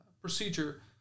procedure